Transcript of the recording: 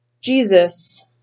Jesus